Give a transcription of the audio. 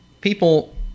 people